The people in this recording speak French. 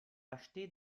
achetés